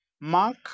mark